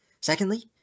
Secondly